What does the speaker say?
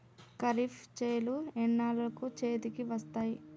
ఖరీఫ్ చేలు ఎన్నాళ్ళకు చేతికి వస్తాయి?